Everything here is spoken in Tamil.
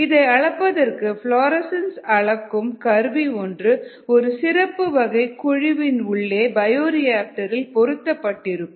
இதை அளப்பதற்கு ஃபிளாரன்ஸ் அளக்கும் கருவி ஒன்று ஒரு சிறப்பு வகை குழிவு இன் உள்ளே பயோரியாக்டரில் பொருத்தப்பட்டிருக்கும்